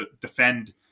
defend